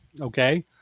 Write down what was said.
Okay